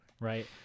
right